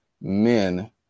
men